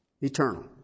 eternal